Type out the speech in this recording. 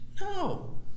No